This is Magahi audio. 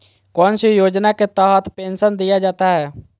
कौन सी योजना के तहत पेंसन दिया जाता है?